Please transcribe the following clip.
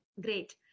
Great